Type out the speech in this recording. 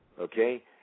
okay